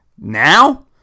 Now